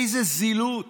איזו זילות,